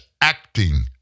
acting